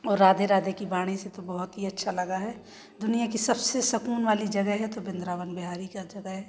और राधे राधे की वाणी से तो बहुत ही अच्छा लगा है दुनिया की सबसे सुकून वाली जगह है तो वृंदावन बिहारी की जगह है